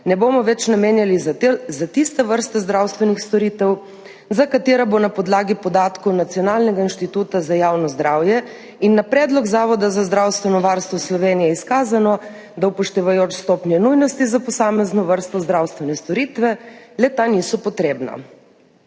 ne bomo več namenjali za tiste vrste zdravstvenih storitev, za katere bo na podlagi podatkov Nacionalnega inštituta za javno zdravje in na predlog Zavoda za zdravstveno varstvo Slovenije izkazano, da, upoštevajoč stopnje nujnosti za posamezno vrsto zdravstvene storitve, le-ta niso potrebna.